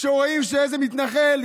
רואים שאיזה מתנחל,